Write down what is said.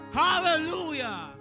hallelujah